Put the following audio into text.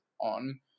on